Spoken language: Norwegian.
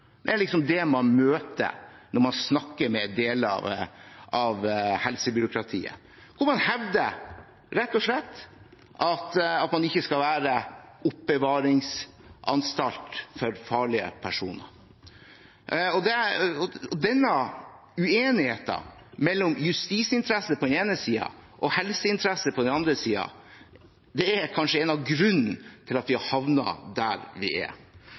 Det er det man møter når man snakker med deler av helsebyråkratiet, som rett og slett hevder at man ikke skal være oppbevaringsanstalt for farlige personer. Denne uenigheten mellom justisinteresser på den ene siden og helseinteresser på den andre siden er kanskje en av grunnene til at vi har havnet der vi er.